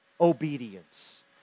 obedience